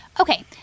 Okay